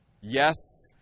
Yes